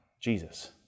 Jesus